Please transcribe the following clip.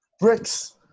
Bricks